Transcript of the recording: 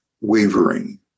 wavering